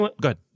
good